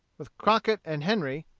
with crockett and henry,